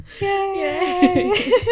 yay